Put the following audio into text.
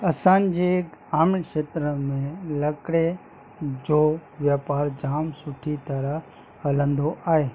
असांजे ग्रामीण खेत्र में लकिड़े जो वापारु जाम सुठी तरह हलंदो आहे